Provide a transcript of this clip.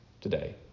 today